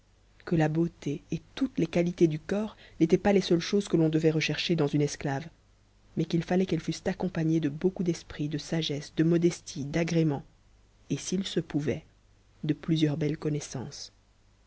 que la beauté et toutes les qualités du corps n'étaient pas les seules choses que l'on devait rechercher dans une esclave mais qu'il fallait qu'elles fussent accompagnées de beaucoup d'esprit de sagesse de modestie d'agrément et s'il se pouvait de plusieurs belles connaissances